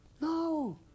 No